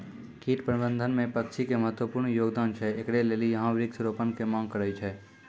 कीट प्रबंधन मे पक्षी के महत्वपूर्ण योगदान छैय, इकरे लेली यहाँ वृक्ष रोपण के मांग करेय छैय?